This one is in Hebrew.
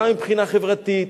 גם מבחינה חברתית,